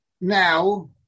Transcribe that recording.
Now